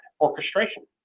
orchestration